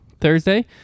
Thursday